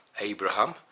Abraham